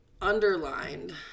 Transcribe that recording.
underlined